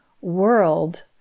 world